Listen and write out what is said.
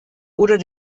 oder